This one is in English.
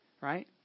right